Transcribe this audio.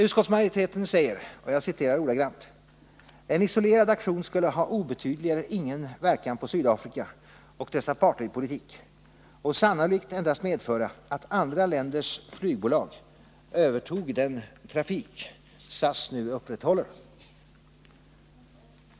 Utskottsmajoriteten säger: ”En isolerad aktion skulle ha obetydlig eller ingen verkan på Sydafrika och dess apartheidpolitik och sannolikt endast medföra att andra länders flygbolag övertog den trafik SAS nu upprätthåller ——=."